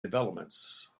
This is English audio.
developments